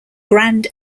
grand